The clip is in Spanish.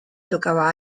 tocaba